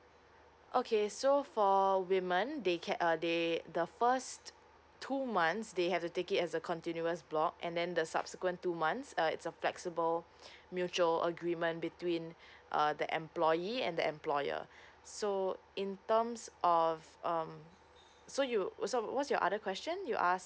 okay so for women they can uh they the first two months they have to take it as a continuous block and then the subsequent two months uh it's a flexible mutual agreement between uh the employee and the employer so in terms of um so you also what's your other question you ask